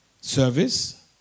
service